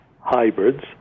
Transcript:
hybrids